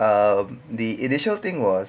um the initial thing was